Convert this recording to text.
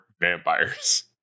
vampires